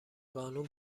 قانون